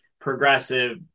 progressive